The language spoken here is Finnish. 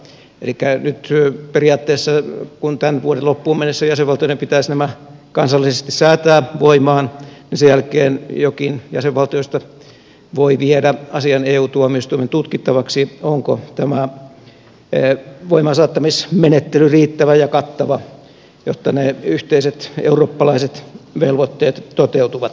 elikkä nyt periaatteessa kun tämän vuoden loppuun mennessä jäsenvaltioiden pitäisi nämä kansallisesti säätää voimaan sen jälkeen jokin jäsenvaltioista voi viedä asian eu tuomioistuimen tutkittavaksi onko tämä voimaansaattamismenettely riittävä ja kattava jotta ne yhteiset eurooppalaiset velvoitteet toteutuvat